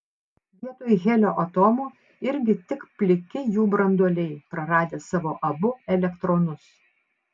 vietoj helio atomų irgi tik pliki jų branduoliai praradę savo abu elektronus